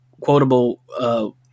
quotable